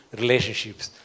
relationships